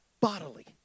bodily